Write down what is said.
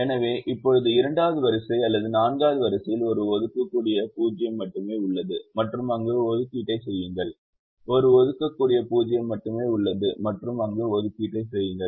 எனவே இப்போது 2 வது வரிசை அல்லது 4 வது நெடுவரிசையில் ஒரு ஒதுக்கக்கூடிய 0 மட்டுமே உள்ளது மற்றும் அங்கு ஒதுக்கீட்டை செய்யுங்கள் ஒரு ஒதுக்கக்கூடிய 0 மட்டுமே உள்ளது மற்றும் அங்கு ஒதுக்கீட்டை செய்யுங்கள்